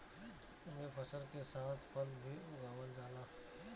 एमे फसल के साथ फल भी उगावल जाला